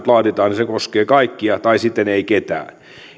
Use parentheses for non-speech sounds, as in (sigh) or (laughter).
(unintelligible) laaditaan koskea kaikkia tai sitten ei ketään